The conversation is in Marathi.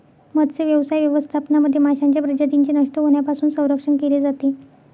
मत्स्यव्यवसाय व्यवस्थापनामध्ये माशांच्या प्रजातींचे नष्ट होण्यापासून संरक्षण केले जाते